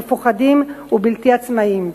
מפוחדים ובלתי עצמאים.